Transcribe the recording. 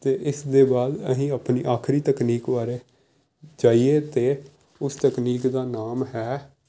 ਅਤੇ ਇਸ ਦੇ ਬਾਅਦ ਅਸੀਂ ਆਪਣੀ ਆਖਰੀ ਤਕਨੀਕ ਬਾਰੇ ਜਾਈਏ ਤਾਂ ਉਸ ਤਕਨੀਕ ਦਾ ਨਾਮ ਹੈ